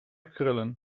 krullen